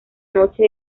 noche